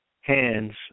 hands